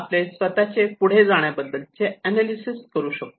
आपले स्वतःचे पुढे जाण्याबाबत एनालिसिस करू शकतो